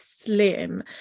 slim